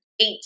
eight